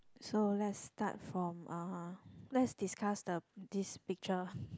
so let's start from uh let's discuss the this picture